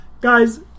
Guys